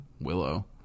Willow